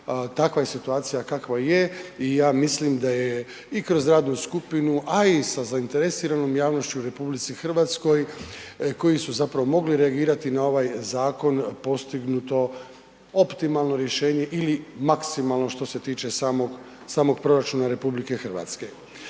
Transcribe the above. takva je situacija kakva je i ja mislim da je i kroz radnu skupinu, a i sa zainteresiranom javnošću u RH koji su zapravo mogli reagirati na ovaj zakon postignuto optimalno rješenje ili maksimalno što se tiče samog proračuna RH. Da je ovaj